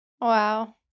Wow